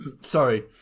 Sorry